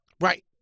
right